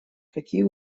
какие